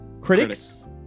Critics